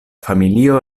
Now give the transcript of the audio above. familio